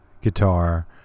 guitar